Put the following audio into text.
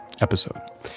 episode